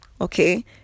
okay